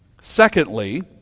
Secondly